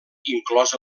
inclòs